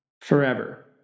forever